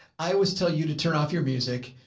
i always tell you to turn off your music.